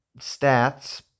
stats